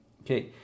okay